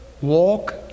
walk